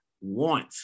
want